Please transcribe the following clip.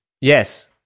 Yes